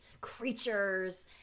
creatures